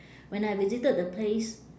when I visited the place